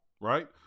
Right